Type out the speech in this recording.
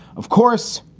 of course,